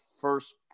first